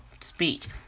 speech